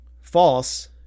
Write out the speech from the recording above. false